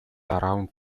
around